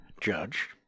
judge